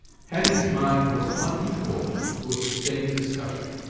hetty's mind was unequal to a sustained discussion,